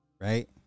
right